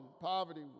poverty